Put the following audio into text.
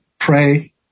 pray